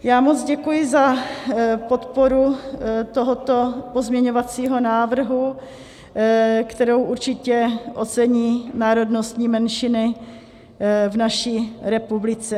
Já moc děkuji za podporu tohoto pozměňovacího návrhu, kterou určitě ocení národnostní menšiny v naší republice.